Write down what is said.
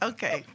Okay